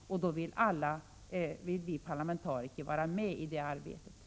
Då vill vi parlamentariker vara med i det arbetet.